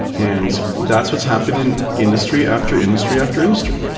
and that's what's happening industry after industry after industry.